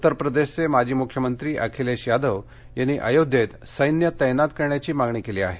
उत्तर प्रदेशचे माजी मुख्यमंत्री अखिलेश यादव यांनी अयोध्येत सैन्य तैनात करण्याची मागणी केली आहे